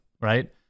right